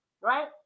right